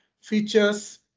features